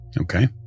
Okay